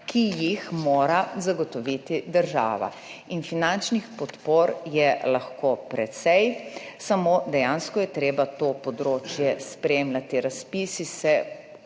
ki jih mora zagotoviti država. Finančnih podpor je lahko precej, samo dejansko je treba to področje spremljati, razpisi se